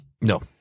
no